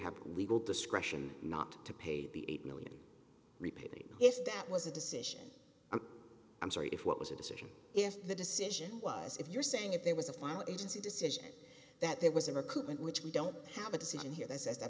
have legal discretion not to pay the eight million repaving if that was a decision i'm sorry if what was the decision if the decision was if you're saying if there was a final agency decision that there was a recruitment which we don't have a decision here that says that